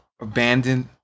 abandoned